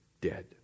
dead